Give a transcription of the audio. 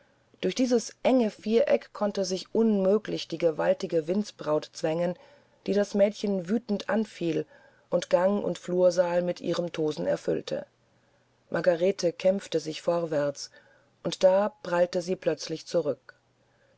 durch dieses enge viereck konnte sich unmöglich die gewaltige windsbraut zwängen die das mädchen wütend anfiel und gang und flursal mit ihrem tosen erfüllte margarete kämpfte sich vorwärts und da prallte sie plötzlich zurück